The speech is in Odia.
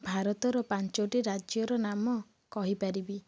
ଭାରତର ପାଞ୍ଚଟି ରାଜ୍ୟର ନାମ କହିପାରିବି